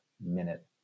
minute